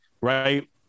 right